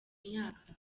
imyaka